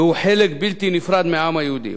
והוא חלק בלתי נפרד מהעם היהודי.